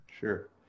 Sure